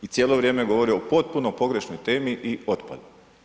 I cijelo vrijeme govori o potpuno pogrešnoj temi i otpadu.